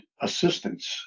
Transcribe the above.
assistance